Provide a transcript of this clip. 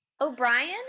o'brien